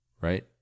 right